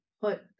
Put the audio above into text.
put